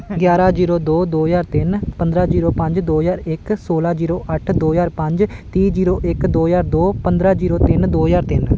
ਗਿਆਰਾਂ ਜੀਰੋ ਦੋ ਦੋ ਹਜ਼ਾਰ ਤਿੰਨ ਪੰਦਰਾਂ ਜੀਰੋ ਪੰਜ ਦੋ ਹਜ਼ਾਰ ਇੱਕ ਸੋਲਾਂ ਜੀਰੋ ਅੱਠ ਦੋ ਹਜ਼ਾਰ ਪੰਜ ਤੀਹ ਜੀਰੋ ਇੱਕ ਦੋ ਹਜ਼ਾਰ ਦੋ ਪੰਦਰਾਂ ਜੀਰੋ ਤਿੰਨ ਦੋ ਹਜ਼ਾਰ ਤਿੰਨ